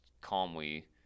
calmly